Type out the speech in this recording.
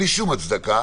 בלי שום הצדקה,